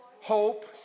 Hope